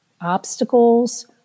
Obstacles